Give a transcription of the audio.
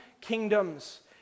kingdoms